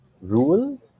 rule